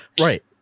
Right